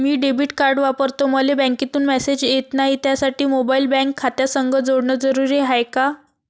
मी debit card वापरतो मले बँकेतून मॅसेज येत नाही, त्यासाठी मोबाईल बँक खात्यासंग जोडनं जरुरी हाय का?